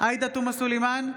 עאידה תומא סלימאן,